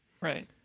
Right